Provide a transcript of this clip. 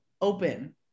open